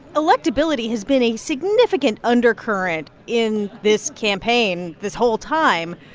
electability has been a significant undercurrent in this campaign this whole time.